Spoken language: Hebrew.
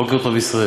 בוקר טוב ישראל.